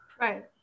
Right